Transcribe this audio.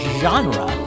genre